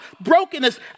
brokenness